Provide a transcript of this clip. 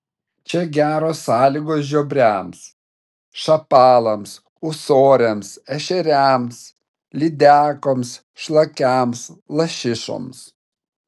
čia geros sąlygos žiobriams šapalams ūsoriams ešeriams lydekoms šlakiams lašišoms